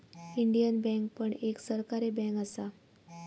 Indian bank पण एक सरकारी बँक असा